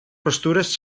pastures